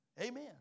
Amen